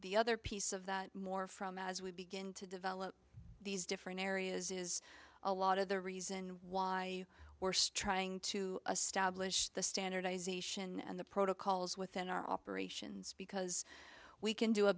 the other piece of that more from as we begin to develop these different areas is a lot of the reason why worst trying to a stablished the standardization and the protocols within our operations because we can do a